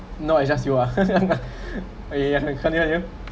no it's just you are okay I I can't hear you